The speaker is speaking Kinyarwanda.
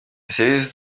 servisi